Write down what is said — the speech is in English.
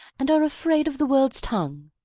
and are afraid of the world's tongue.